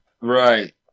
Right